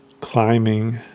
climbing